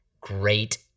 great